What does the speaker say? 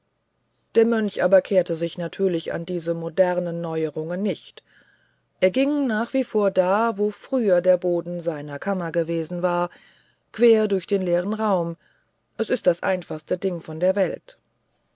der mönch aber kehrte sich natürlich an diese modernen neuerungen nicht er ging nach wie vor da wo früher der boden seiner kammer gewesen war quer durch den leeren raum es war das einfachste ding von der welt